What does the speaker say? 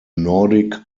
nordic